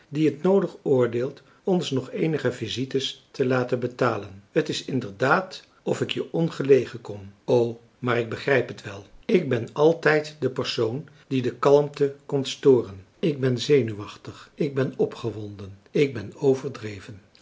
die het noodig oordeelt ons nog eenige visites te laten betalen t is inderdaad of ik je ongelegen kom o maar ik begrijp marcellus emants een drietal novellen het wel ik ben altijd de persoon die de kalmte komt storen ik ben zenuwachtig ik ben opgewonden ik ben overdreven